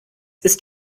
ist